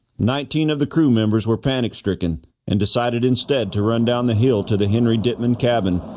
nineteen of the crew members were panic-stricken and decided instead to run down the hill to the henry ditman cabin,